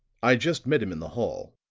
i just met him in the hall,